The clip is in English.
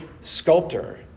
sculptor